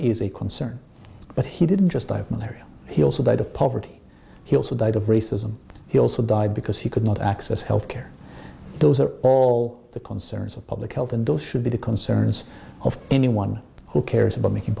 is a concern but he didn't just die of malaria he also died of poverty he also died of racism he also died because he could not access health care those are all the concerns of public health and those should be the concerns of anyone who cares about making